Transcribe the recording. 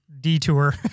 detour